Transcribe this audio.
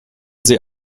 sie